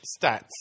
stats